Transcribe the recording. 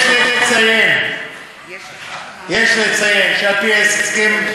יש לציין שעל-פי ההסכם,